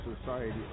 society